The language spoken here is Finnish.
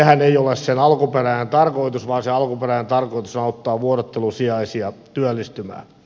sehän ei ole sen alkuperäinen tarkoitus vaan se alkuperäinen tarkoitus on auttaa vuorottelusijaisia työllistymään